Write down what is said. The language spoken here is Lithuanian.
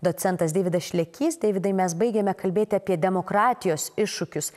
docentas deividas šlekys deividai mes baigėme kalbėti apie demokratijos iššūkius